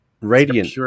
radiant